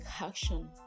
action